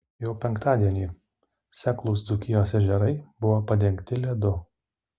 jau penktadienį seklūs dzūkijos ežerai buvo padengti ledu